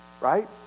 right